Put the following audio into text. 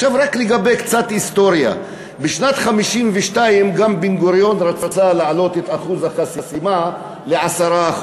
קצת היסטוריה: בשנת 1952 רצה גם בן-גוריון להעלות את אחוז החסימה ל-10%.